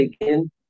again